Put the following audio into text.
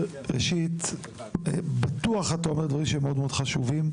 ראשית בטוח אתה אומר דברים מאוד חשובים,